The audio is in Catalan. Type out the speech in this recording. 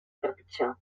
trepitjar